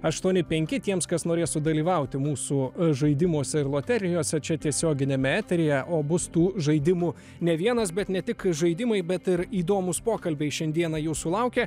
aštuoni penki tiems kas norės sudalyvauti mūsų žaidimuose ir loterijose čia tiesioginiame eteryje o bus tų žaidimų ne vienas bet ne tik žaidimai bet ir įdomūs pokalbiai šiandieną jūsų laukia